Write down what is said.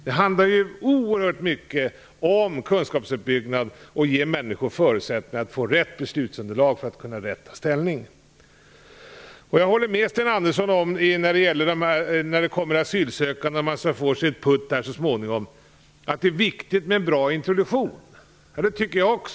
Det handlar oerhört mycket om kunskapsuppbyggnad och om att ge människor förutsättningar att få rätt beslutsunderlag för att de skall kunna ta rätt ställning. Jag håller med Sten Andersson om att det är viktigt med bra introduktion för de asylsökande som kommer.